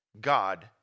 God